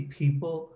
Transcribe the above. people